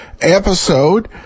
episode